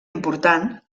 important